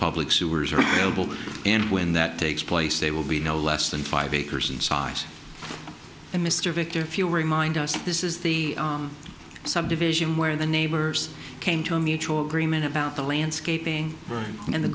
public sewers are noble and when that takes place they will be no less than five acres in size and mr victor if you remind us this is the subdivision where the neighbors came to a mutual agreement about the landscaping and the